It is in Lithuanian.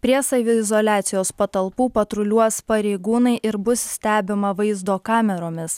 prie saviizoliacijos patalpų patruliuos pareigūnai ir bus stebima vaizdo kameromis